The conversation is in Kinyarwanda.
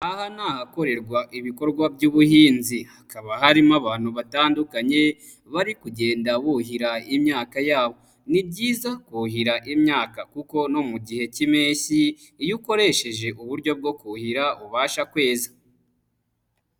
Aha ni ahakorerwa ibikorwa by'ubuhinzi hakaba harimo abantu batandukanye bari kugenda buhira imyaka yabo. Ni byiza kuhira imyaka kuko no mu gihe k'impeshyi iyo ukoresheje uburyo bwo kuhira ubasha kwezi.